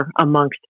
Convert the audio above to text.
amongst